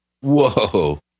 Whoa